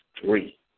three